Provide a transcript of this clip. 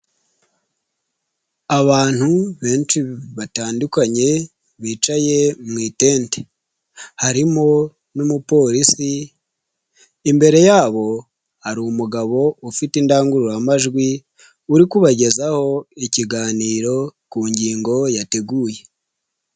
Abantu benshi batandukanye bicaye mu itente, harimo n'umupolisi, imbere yabo hari umugabo ufite indangururamajwi uri kubagezaho ikiganiro ku ngingo yateguye.